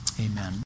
Amen